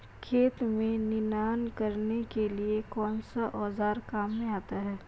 खेत में निनाण करने के लिए कौनसा औज़ार काम में आता है?